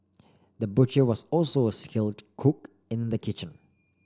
the butcher was also a skilled cook in the kitchen